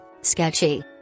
Sketchy